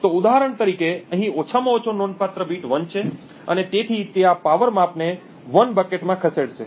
તો ઉદાહરણ તરીકે અહીં ઓછામાં ઓછો નોંધપાત્ર બીટ 1 છે અને તેથી તે આ પાવર માપને 1 બકેટમાં ખસેડશે